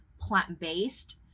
plant-based